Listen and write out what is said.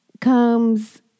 Comes